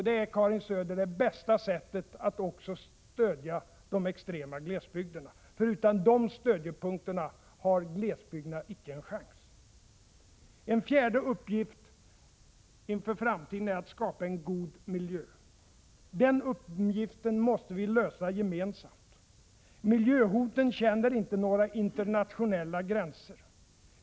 Det, Karin Söder, är också det bästa sättet att stödja de extrema glesbygderna. Förutan dessa stödjepunkter har glesbygderna icke en chans. En fjärde uppgift inför framtiden är att skapa en god miljö. Den uppgiften måste vi också lösa gemensamt. Miljöhoten känner inte några nationella gränser.